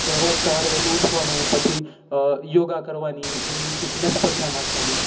કે રોજ સવારે વહેલું ઊઠવાનું પછી યોગા કરવાની એમની ફિટનસ પર ધ્યાન આપવાનું